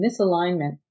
misalignment